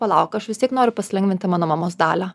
palauk aš vis tiek noriu pasilengvinti mano mamos dalią